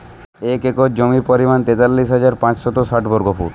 এক একর জমির পরিমাণ তেতাল্লিশ হাজার পাঁচশত ষাট বর্গফুট